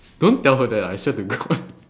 don't tell her that ah I swear to god